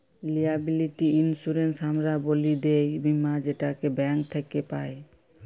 liability insurance হামরা ব্যলি দায় বীমা যেটাকে ব্যাঙ্ক থক্যে পাই